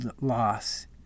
loss